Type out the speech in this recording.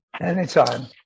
Anytime